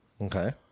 Okay